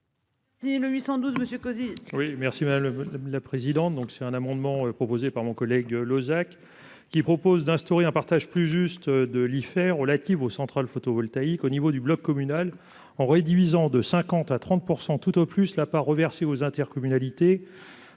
merci madame la présidente. Donc c'est un amendement proposé par mon collègue Losec. Qui propose d'instaurer un partage plus juste de l'IFER relatives aux centrales photovoltaïques au niveau du bloc communal en réduisant de 50 à 30% tout au plus la part reversée aux intercommunalités